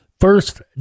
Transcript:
first